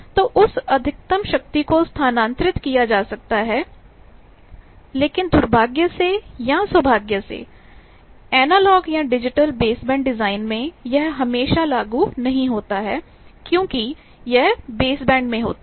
तो उस अधिकतम शक्ति को स्थानांतरित किया जा सकता है लेकिन दुर्भाग्य से या सौभाग्य से एनालॉग या डिजिटल बेसबैंड डिजाइन में यह हमेशा लागू नहीं होता है क्योंकि यह बेसबैंड में होते हैं